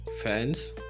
fans